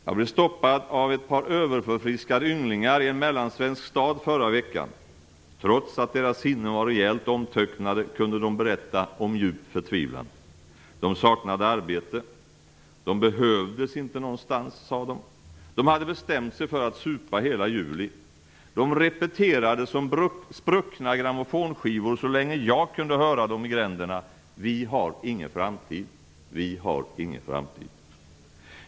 Jag blev stoppad av ett par överförfriskade ynglingar i en mellansvensk stad förra veckan. Trots att deras sinnen var rejält omtöcknade kunde de berätta om djup förtvivlan. De saknade arbete. De behövdes inte någonstans, sade de. De hade bestämt sig för att supa hela juli. De repeterade som spruckna grammofonskivor så länge jag kunde höra dem i gränderna: Vi har ingen framtid. Vi har ingen framtid.